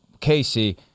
Casey